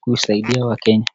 kusaidia wakenya.